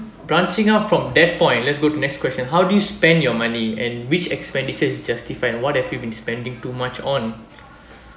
branching out from that point let's go to next question how do you spend your money and which expenditure is justified what have you been spending too much on